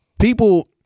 people